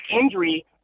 injury